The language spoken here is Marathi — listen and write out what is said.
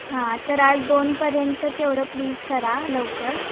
हां तर आज दोनपर्यंत तेवढं प्लीज करा लवकर